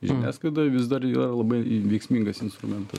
žiniasklaida vis dar yra labai veiksmingas instrumenta